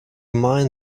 mind